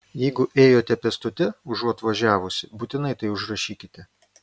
jeigu ėjote pėstute užuot važiavusi būtinai tai užrašykite